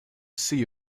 see